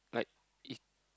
like if